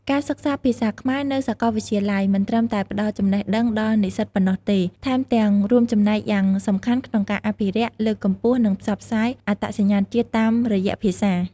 ការសិក្សាភាសាខ្មែរនៅសាកលវិទ្យាល័យមិនត្រឹមតែផ្តល់ចំណេះដឹងដល់និស្សិតប៉ុណ្ណោះទេ ថែមទាំងរួមចំណែកយ៉ាងសំខាន់ក្នុងការ អភិរក្ស លើកកម្ពស់ និង ផ្សព្វផ្សាយ អត្តសញ្ញាណជាតិតាមរយៈភាសា។